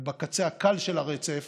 ובקצה הקל של הרצף